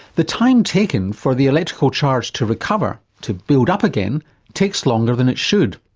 the time taken for the electrical charge to recover to build up again takes longer than it should.